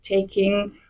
taking